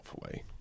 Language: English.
away